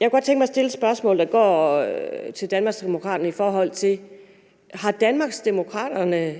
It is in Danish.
Jeg kunne godt tænke mig at stille et spørgsmål til Danmarksdemokraterne: Har Danmarksdemokraterne